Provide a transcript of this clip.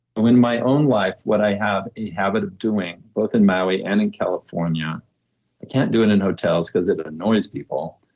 but in my own life, what i have a habit of doing both in maui and in california i can't do it in hotels because it annoys people,